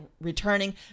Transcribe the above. returning